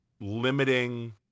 limiting